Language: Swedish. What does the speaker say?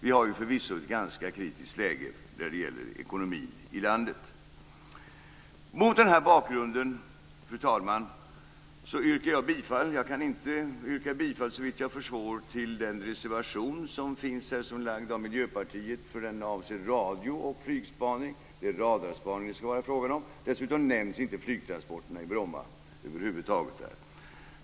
Vi har förvisso ett ganska kritiskt läge när det gäller ekonomin i landet. Fru talman! Såvitt jag förstår kan jag inte yrka bifall till den reservation som Miljöpartiet står bakom, eftersom den avser radio och flygspaning, och det är radarspaning det skall vara fråga om. Dessutom nämns där inte flygtransporterna i Bromma över huvud taget.